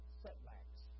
setbacks